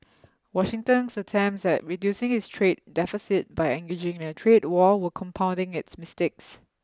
Washington's attempts at reducing its trade deficit by engaging in a trade war were compounding its mistakes